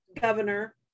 governor